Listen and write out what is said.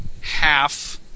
half